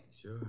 Sure